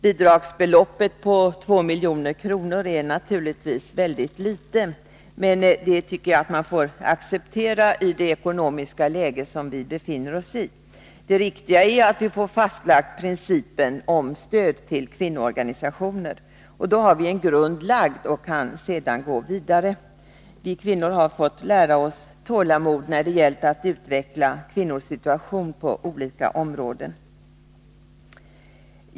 Bidragsbeloppet på 2 milj.kr. är naturligtvis mycket litet, men det tycker jag att man får acceptera i det ekonomiska läge som vi befinner oss i. Det viktiga är att vi får principen om stöd till kvinnoorganisationer fastlagd. Då har vi en grund lagd och kan sedan gå vidare. Vi kvinnor har fått lära oss tålamod när det gällt att utveckla för kvinnorna på olika områden.